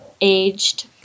aged